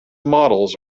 models